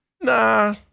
Nah